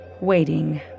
waiting